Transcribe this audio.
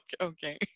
Okay